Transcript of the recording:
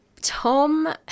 Tom